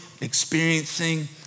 experiencing